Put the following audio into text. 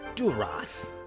Duras